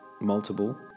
multiple